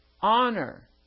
honor